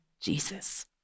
Jesus